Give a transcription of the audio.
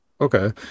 okay